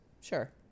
Sure